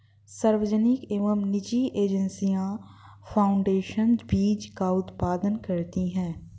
सार्वजनिक एवं निजी एजेंसियां फाउंडेशन बीज का उत्पादन करती है